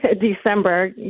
December